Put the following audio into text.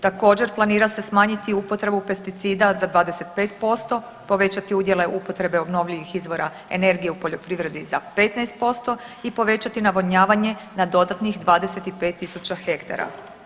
Također, planira se smanjiti upotrebu pesticida za 25%, povećati udjele upotrebe obnovljivih izvora energije u poljoprivredi za 15% i povećati navodnjavanje na dodatnih 25.000 hektara.